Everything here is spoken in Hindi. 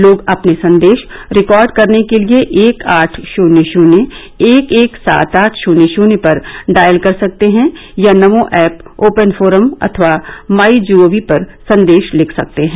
लोग अपने संदेश रिकॉर्ड करने के लिए एक आठ शून्य शून्य एक एक सात आठ शून्य शून्य पर डॉयल कर सकते हैं या नमो ऐप ओपन फोरम अथवा माई जी ओ वी पर संदेश लिख सकते हैं